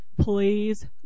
please